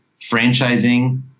franchising